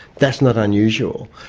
that's not unusual.